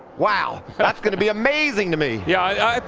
wow. but that's going to be amazing to me. yeah